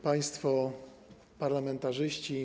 Państwo Parlamentarzyści!